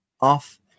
Off